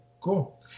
Cool